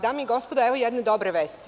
Dame i gospodo, evo jedne dobre vesti.